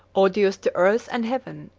odious to earth and heaven,